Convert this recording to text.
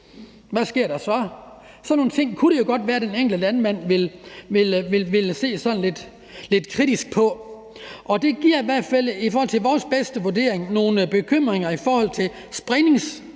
Hvad sker der så? Sådan nogle ting kunne det jo godt være at den enkelte landmand ville se sådan lidt kritisk på. Det giver i hvert fald efter vores bedste vurdering nogle bekymringer i forhold til spredningsrisiko